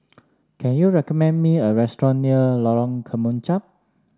can you recommend me a restaurant near Lorong Kemunchup